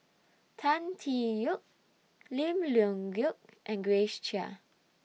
Tan Tee Yoke Lim Leong Geok and Grace Chia